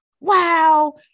wow